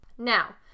Now